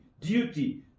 duty